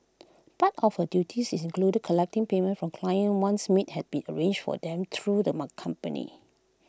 part of her duties is included collecting payments from clients once maids had been arranged for them through them A company